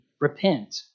repent